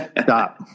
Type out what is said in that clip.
Stop